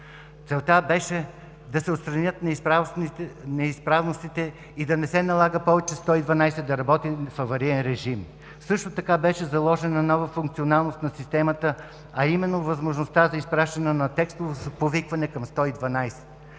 Целта беше да се отстранят неизправностите и да не се налага повече телефон 112 да работи в авариен режим. Също така беше заложена нова функционалност на системата, а именно възможността за изпращане на текстово повикване към 112.